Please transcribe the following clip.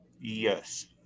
Yes